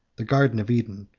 the garden of eden,